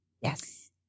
Yes